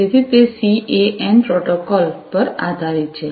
તેથી તે CAN protocol પર આધારિત છે